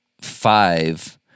five